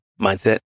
mindset